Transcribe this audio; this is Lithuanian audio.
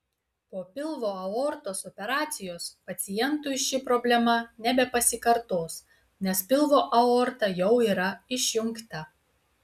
po pilvo aortos operacijos pacientui ši problema nebepasikartos nes pilvo aorta jau yra išjungta